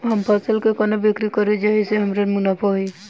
हम फसल केँ कोना बिक्री करू जाहि सँ हमरा मुनाफा होइ?